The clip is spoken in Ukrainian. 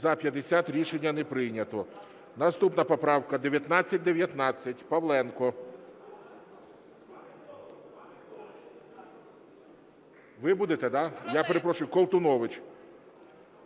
За-50 Рішення не прийнято. Наступна поправка 1919, Павленко. Ви будете, да? Я перепрошую. Колтунович.